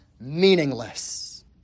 meaningless